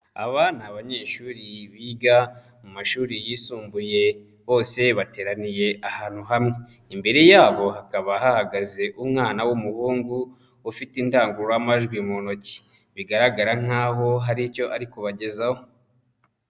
Aba ni abanyeshuri biga mu mashuri yisumbuye, bose bateraniye ahantu hamwe, imbere yabo hakaba hahagaze umwana w'umuhungu ufite indangururamajwi mu ntoki, bigaragara nkaho hari icyo ari kubagezaho.